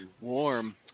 Warm